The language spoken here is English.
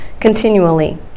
continually